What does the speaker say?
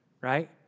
right